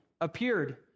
appeared